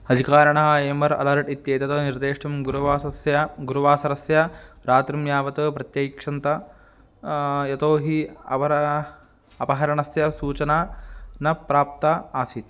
अधिकारिणः amber alert इत्येत् निर्देष्टुं गुरुवासरस्य गुरुवासरस्य रात्रिं यावत् प्रत्यैक्षन्त यतो हि अवरा अपहरणस्य सूचना न प्राप्ता आसीत्